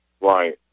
Right